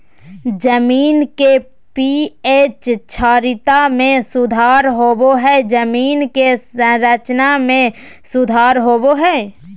जमीन के पी.एच क्षारीयता में सुधार होबो हइ जमीन के संरचना में सुधार होबो हइ